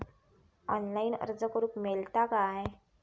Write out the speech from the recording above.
Online अर्ज करूक मेलता काय?